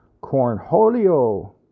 Cornholio